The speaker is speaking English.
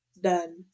done